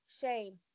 Shane